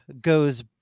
goes